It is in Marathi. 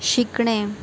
शिकणे